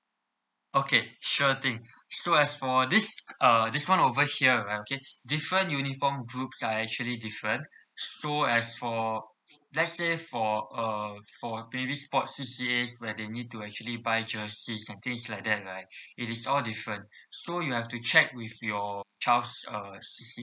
okay sure thing so as for this uh this one over here right okay different uniform groups are actually different so as for let's say for uh for maybe sports C_C_As where they need to actually buy jerseys and things like that right it is all different so you have to check with your child's uh